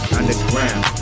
Underground